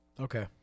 Okay